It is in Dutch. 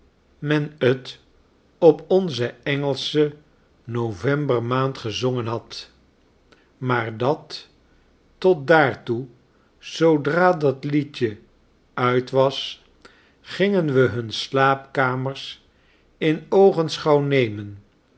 men t op onz e engelsche novembermaand gezongen had maar dat tot daartoe zoodra dat liedje uit was gingen we hun slaapkamers in oogenschouw nemen